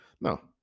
No